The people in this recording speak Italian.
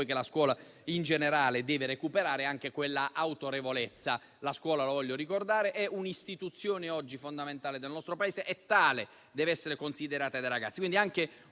che la scuola, in generale, deve recuperare la propria autorevolezza. La scuola, lo voglio ricordare, è un'istituzione fondamentale del nostro Paese e tale deve essere considerata dai ragazzi. È quindi anche una